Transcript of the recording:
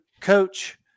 coach